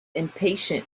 impatient